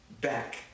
back